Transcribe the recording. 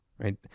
Right